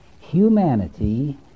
Humanity